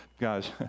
guys